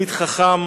תלמיד חכם